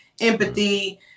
empathy